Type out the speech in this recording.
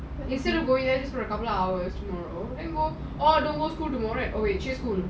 instead of going there just for a couple of hours tomorrow then oh don't go school tomorrow just chill